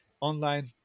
online